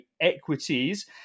equities